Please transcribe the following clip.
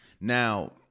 Now